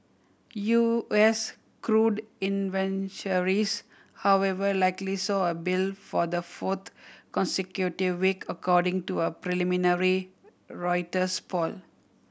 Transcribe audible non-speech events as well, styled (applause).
U S crude (unintelligible) however likely saw a build for the fourth consecutive week according to a preliminary Reuters poll